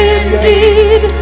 indeed